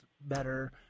better